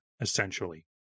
essentially